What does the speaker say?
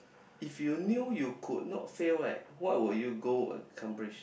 if you knew you could not fail right what would you go accomplish